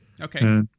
Okay